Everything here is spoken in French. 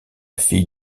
fille